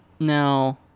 Now